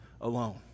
alone